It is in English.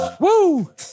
Woo